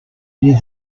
near